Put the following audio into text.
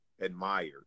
admired